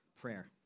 prayer